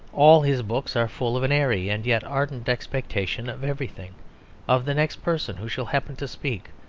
all his books are full of an airy and yet ardent expectation of everything of the next person who shall happen to speak,